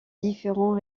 différents